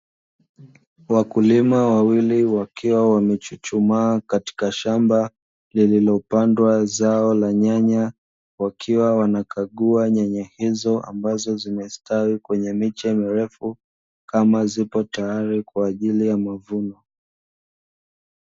Wakulima wawili wakiwa wamechuchumaa katika shamba lililopandwa zao la nyanya, wakiwa wanakagua nyanya hizo ambazo zimestawi kwenye miche mirefu kama zipo tayari kwa ajili ya mavuno.